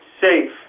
safe